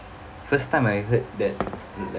first time I heard that that